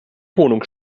wohnung